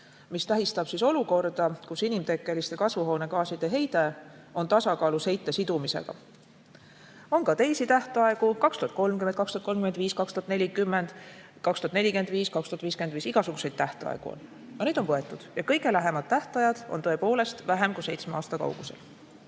mis tähendab olukorda, kus inimtekkeliste kasvuhoonegaaside heide on tasakaalus heitme sidumisega. On ka teisi tähtaegu: 2030, 2035, 2040, 2045, 2055. Igasuguseid tähtaegu on. Aga neid [kohustusi] on võetud. Ja kõige lähemad tähtajad on tõepoolest vähem kui seitsme aasta kaugusel.